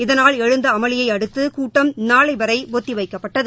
இதனால் எழுந்தஅமளியைஅடுத்துகூட்டம் நாளைவரைஒத்திவைக்கப்பட்டது